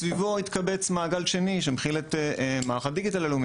מסביבו התקבץ מעגל שני שמכיל את מערך הדיגיטל הלאומי,